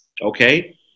okay